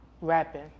rapping